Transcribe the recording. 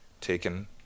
taken